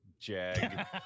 Jag